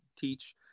teach